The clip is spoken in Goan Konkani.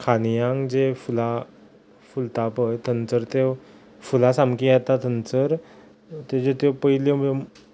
खांदयांक जे फुलां फुलता पय थंयसर ते फुलां सामकी येता थंयसर तेज्यो त्यो पयली म्हणजे